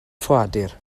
ffoadur